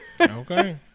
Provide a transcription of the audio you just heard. Okay